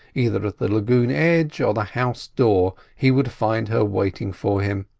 either at the lagoon edge or the house door he would find her waiting for him.